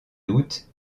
doutes